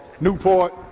Newport